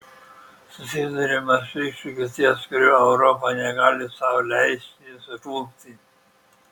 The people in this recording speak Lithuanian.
susiduriame su iššūkiu ties kuriuo europa negali sau leisti suklupti